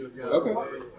Okay